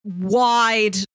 wide